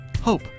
Hope